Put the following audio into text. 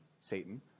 Satan